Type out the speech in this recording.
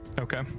Okay